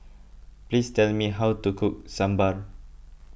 please tell me how to cook Sambar